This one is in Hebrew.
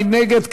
מי נגד?